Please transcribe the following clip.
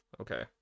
Okay